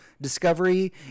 discovery